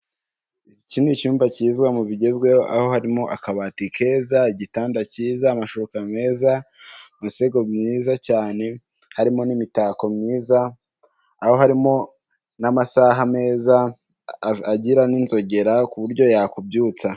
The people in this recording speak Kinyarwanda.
Iki ni icyumba kiyiza mu bigezweho aho harimo akabati keza, igitanda cyiza, amashuka meza, imisego myiza cyane harimo n'imitako myiza aho harimo n'amasaha meza agira n'inzogera kuburyo yakubyutsa.